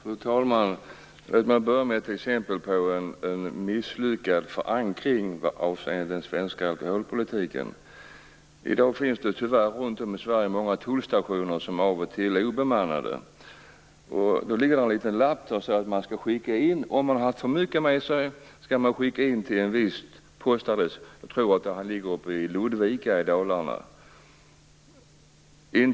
Fru talman! Låt mig börja med ett exempel på en misslyckad förankring avseende den svenska alkoholpolitiken. I dag finns det tyvärr runt om i Sverige många tullstationer som av och till är obemannade. Där ligger en liten lapp där det står att man, om man har haft för mycket alkohol med sig, skall skicka in besked till en viss postadress. Jag tror att det är i Ludvika i Dalarna.